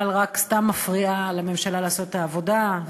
רק סתם מפריעה לממשלה לעשות את העבודה,